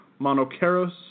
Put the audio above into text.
monoceros